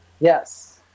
yes